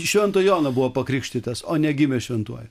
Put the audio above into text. švento jono buvo pakrikštytas o negimė šventuoju